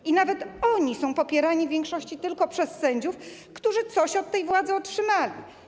I nawet oni są popierani w większości tylko przez sędziów, którzy coś od tej władzy otrzymali.